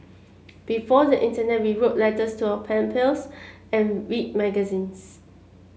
before the internet we wrote letters to our pen pals and read magazines